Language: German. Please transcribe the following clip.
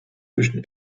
zwischen